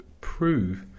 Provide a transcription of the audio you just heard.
prove